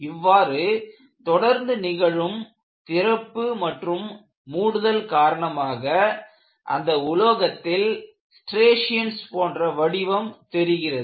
இவ்வாறு தொடர்ந்து நிகழும் திறப்பு மற்றும் மூடுதல் காரணமாக அந்த உலோகத்தில் ஸ்ட்ரியேஷன்ஸ் போன்ற வடிவம் தெரிகிறது